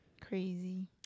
Crazy